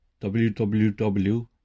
WWW